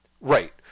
Right